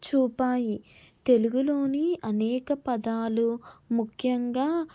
చూపాయి తెలుగులోని అనేక పదాలు ముఖ్యంగా